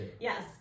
Yes